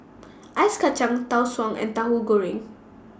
Ice Kacang Tau Suan and Tauhu Goreng